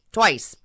twice